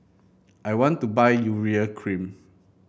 I want to buy Urea Cream